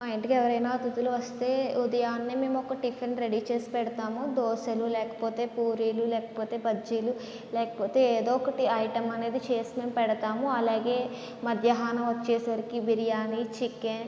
మా ఇంటికి ఎవరైనా అతిధులు వస్తే ఉదయాన్నే మేము ఒక టిఫిన్ రెడీ చేసి పెడతాము దోసెలు లేకపోతే పూరీలు లేకపోతే బజ్జీలు లేకపోతే ఎదో ఒకటి ఐటెమ్ అనేది చేసి మేము పెడతాము అలాగే మధ్యహానం వచ్చేసరికి బిర్యాని చికెన్